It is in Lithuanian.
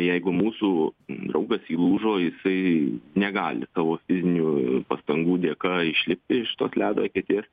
jeigu mūsų draugas įlūžo jisai negali savo fizinių pastangų dėka išlipti iš tos ledo eketės